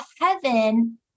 heaven